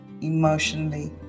emotionally